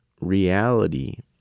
reality